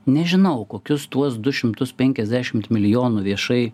nežinau kokius tuos du šimtus penkiasdešimt milijonų viešai